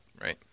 Right